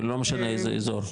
כאילו לא משנה מאיזה אזור?